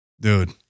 Dude